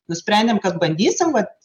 nusprendėm kad bandysim vat